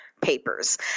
papers